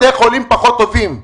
בתי החולים פחות טובים.